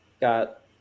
got